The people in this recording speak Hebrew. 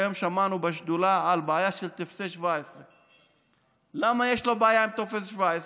היום שמענו בשדולה על בעיה של טופסי 17. למה יש בעיה של טופס 17?